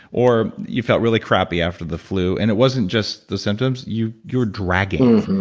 or you felt really crappy after the flu and it wasn't just the symptoms you you were dragging.